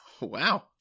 Wow